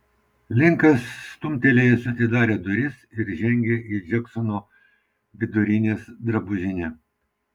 linkas stumtelėjęs atidarė duris ir žengė į džeksono vidurinės drabužinę